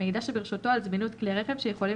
מידע שברשותו על זמינות כלי רכב שיכולים